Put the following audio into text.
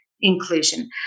inclusion